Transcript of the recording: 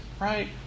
Right